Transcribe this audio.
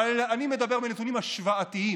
אבל אני מדבר על נתונים השוואתיים.